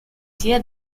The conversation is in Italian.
sia